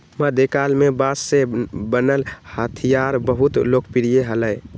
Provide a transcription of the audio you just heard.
मध्यकाल में बांस से बनल हथियार बहुत लोकप्रिय हलय